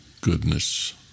goodness